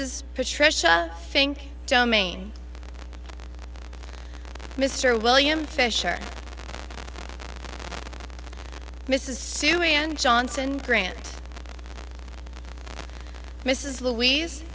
rs patricia fink domain mr william fisher mrs syrian johnson grant mrs louise